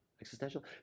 Existential